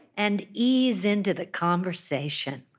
and ease into the conversation.